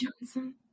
Johnson